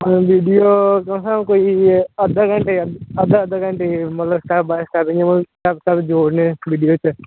video तुसें कोई अद्धे घैंटे दे अद्धे अद्धे घैंटे दी मतलब स्टेप बाय स्टेप इयां मतलब स्टेप स्टेप जोड़ने वीडियो च